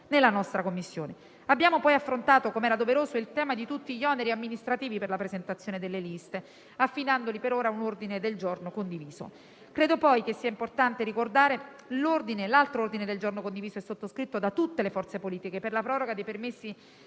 nella nostra Commissione. Abbiamo poi affrontato - come era doveroso - il tema di tutti gli oneri amministrativi per la presentazione delle liste, affidandone per ora la definizione a un ordine del giorno condiviso. Credo altresì che sia importante ricordare l'altro ordine del giorno condiviso e sottoscritto da tutte le forze politiche per la proroga dei permessi